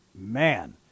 Man